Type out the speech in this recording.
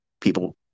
people